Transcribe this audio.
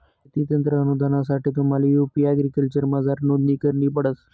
शेती यंत्र अनुदानसाठे तुम्हले यु.पी एग्रीकल्चरमझार नोंदणी करणी पडस